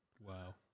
Wow